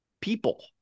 people